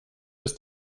ist